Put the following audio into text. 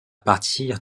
partir